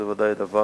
זה ודאי דבר